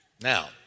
Now